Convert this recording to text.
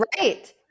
right